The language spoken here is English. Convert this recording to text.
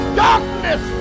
darkness